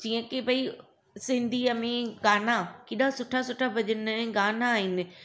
जीअं की भाई सिंधीअ में गाना केॾा सुठा सुठा भॼनु गाना आहिनि